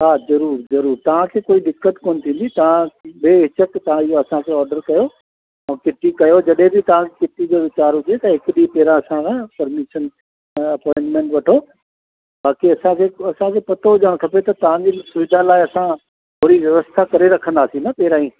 हा ज़रूरु ज़रूरु तव्हांखे कोई दिक़त कोन थींदी तव्हां बे हिचक तव्हां इहो असांखे ऑडर कयो ऐं किटी कयो जॾहिं बि तव्हां किटी जो वीचार हुजे त हिकु ॾींहं पहिरां असां सां परमिशन एपॉइंटमैंट वठो ताकी असांखे असांखे पतो हुजणु खपे त तव्हांजी बि सुविधा लाइ असां थोरी व्यवस्था करे रखंदासीं न पहिरां ई